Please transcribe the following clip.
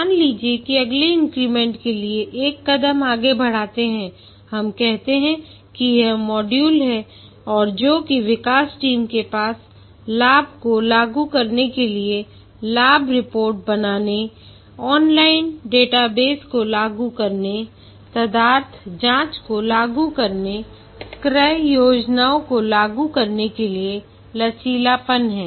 मान लीजिए कि अगले इंक्रीमेंट के लिए एक कदम बढ़ाते हैं हम कहते हैं कि ये मॉड्यूल हैं जो कि विकास टीम के पास लाभ को लागू करने के लिए लाभ रिपोर्ट बनाने ऑनलाइन डेटाबेस को लागू करने तदर्थ जांच को लागू करने क्रय योजनाओं को लागू करने के लिए लचीलापन है